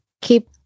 keep